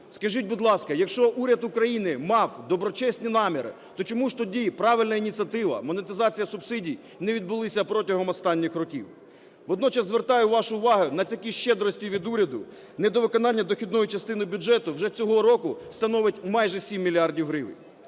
Скажіть, будь ласка, якщо уряд України мав доброчесні наміри, то чому ж тоді правильна ініціатива – монетизація субсидій – не відбулася протягом останніх років? Водночас звертаю вашу увагу на такі щедрості від уряду: недовиконання дохідної частини бюджету вже цього року становить майже 7 мільярдів гривень.